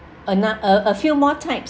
anot~ a a few more types